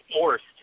forced